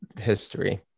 history